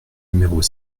numéros